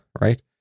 right